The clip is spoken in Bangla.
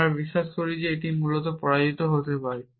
আমরা বিশ্বাস করি যেটি মূলত পরাজিত হতে পারে